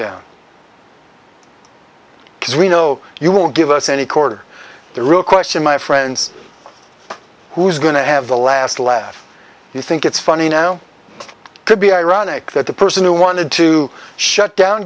down because we know you won't give us any quarter the real question my friends who is going to have the last laugh you think it's funny now could be ironic that the person who wanted to shut down